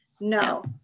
No